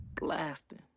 Blasting